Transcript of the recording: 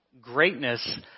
greatness